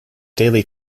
daily